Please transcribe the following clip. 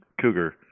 cougar